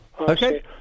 Okay